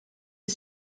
est